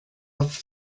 have